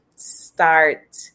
start